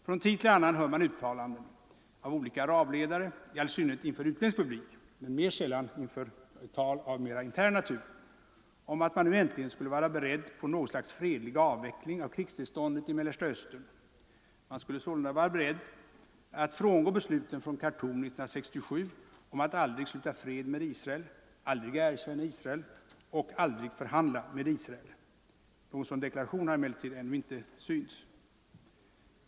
Från tid till annan hör man uttalanden av olika arabledare, i all synnerhet inför utländsk publik men mera sällan i tal av intern natur, om att man nu äntligen skulle vara beredd på något slags fredlig avveckling av krigstillståndet i Mellersta Östern. Man skulle sålunda vara beredd att frångå besluten från Khartum 1967 om att aldrig sluta fred med Israel, aldrig erkänna Israel och aldrig förhandla med Israel. Någon deklaration om ett sådant avståndstagande har emellertid ännu inte synts till.